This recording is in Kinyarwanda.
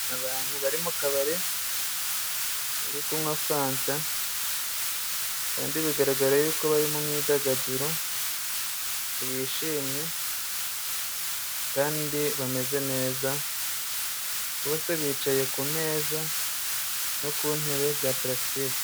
Abantu bari mu kabari, bari kunywa fanta, kandi bigaragara yuko bari mu myidagaduro bishimye kandi bameze neza. Bose bicaye ku meza no ku ntebe za purasitike.